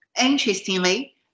interestingly